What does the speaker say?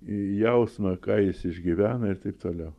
jausmą ką jis išgyvena ir taip toliau